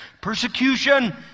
persecution